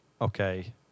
Okay